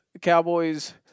Cowboys